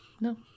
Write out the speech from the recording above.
no